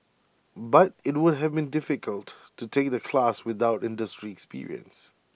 but IT would have been difficult to take the class without industry experience